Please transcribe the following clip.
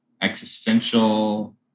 existential